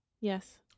Yes